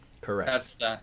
Correct